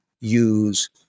use